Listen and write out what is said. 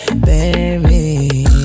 baby